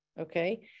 Okay